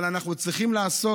אבל אנחנו צריכים לעשות